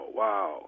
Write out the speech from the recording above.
wow